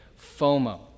FOMO